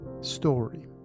story